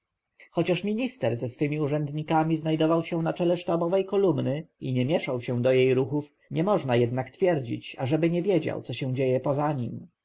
chociaż minister ze swymi urzędnikami znajdował się na czele sztabowej kolumny i nie mieszał się do jej ruchów nie można jednak twierdzić ażeby nie wiedział co się dzieje poza nim